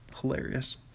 hilarious